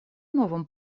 новом